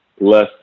less